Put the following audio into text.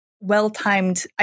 well-timed